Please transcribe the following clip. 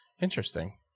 Interesting